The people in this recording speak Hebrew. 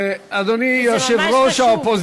וזה ממש חשוב.